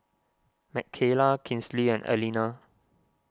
Mckayla Kinsley and Aleena